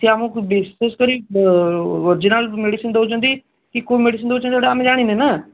ସେ ଆମକୁ କରି ଅରିଜିନାଲ୍ ମେଡ଼ିସିନ୍ ଦେଉଛନ୍ତି କି କେଉଁ ମେଡ଼ିସିନ୍ ଦେଉଛନ୍ତି ସେଇଟା ଆମେ ଜାଣିନେ ନା